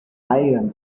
weigern